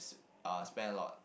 s~ uh spend a lot